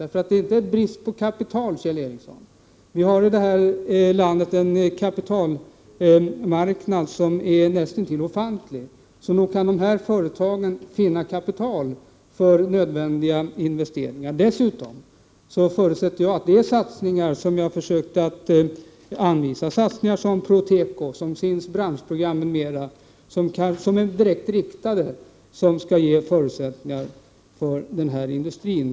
Det är inte brist på kapital, Kjell Ericsson. I det här landet har vi en kapitalmarknad som är näst intill ofantlig, så nog kan dessa företag finna kapital för nödvändiga investeringar. De satsningar som jag har försökt att anvisa — satsningar som Proteko, SIND:s branschprogram m.m. — som är direkt riktade skall ge förutsättningar för den här industrin.